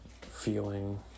feeling